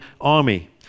army